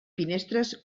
finestres